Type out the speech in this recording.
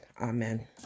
Amen